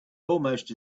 almost